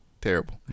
Terrible